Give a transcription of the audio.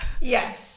Yes